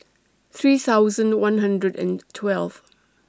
three thousand one hundred and twelve